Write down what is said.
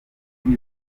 kuri